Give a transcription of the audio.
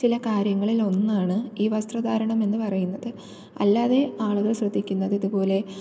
ചില കാര്യങ്ങളിൽ ഒന്നാണ് ഈ വസ്ത്രധാരണം എന്നു പറയുന്നത് അല്ലാതെ ആളുകൾ ശ്രദ്ധിക്കുന്നത് ഇതുപോലെ